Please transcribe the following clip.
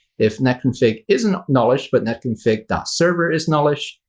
if netconfig isn't nullish, but netconfig server is nullish,